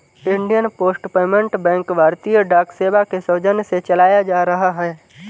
Indian post payment bank भारतीय डाक सेवा के सौजन्य से चलाया जा रहा है